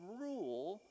rule